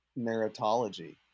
meritology